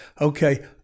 Okay